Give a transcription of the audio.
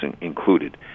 included